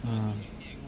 mm